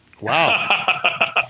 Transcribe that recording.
Wow